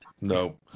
no